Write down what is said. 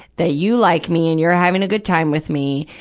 that you like me and you're having a good time with me,